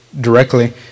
directly